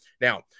now